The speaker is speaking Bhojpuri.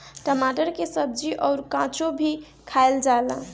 टमाटर के सब्जी अउर काचो भी खाएला जाला